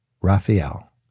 Raphael